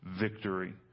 victory